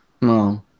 No